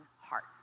heart